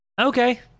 Okay